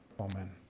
Amen